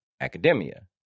academia